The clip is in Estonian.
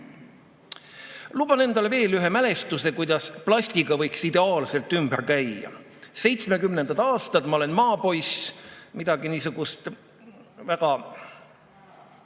Luban endale veel ühe mälestuse, kuidas plastiga võiks ideaalselt ümber käia. 1970. aastad, ma olen maapoiss ja midagi niisugust väga